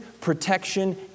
protection